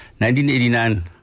1989